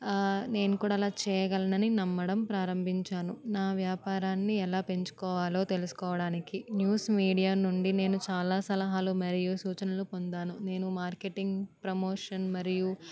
నేను కూడా అలా చేయగలను అని నమ్మడం ప్రారంభించాను నా వ్యాపారాన్ని ఎలా పెంచుకోవాలో తెలుసుకోవటానికి న్యూస్ మీడియా నుండి నేను చాలా సహాయాలు మరియు సూచనలు పొందాను నేను మార్కెటింగ్ ప్రమోషన్ మరియు